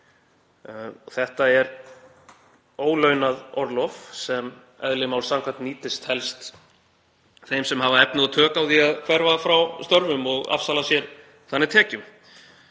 Þetta er ólaunað orlof sem eðli máls samkvæmt nýtist helst þeim sem hafa efni og tök á því að hverfa frá störfum og afsala sér tekjum.